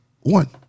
one